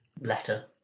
letter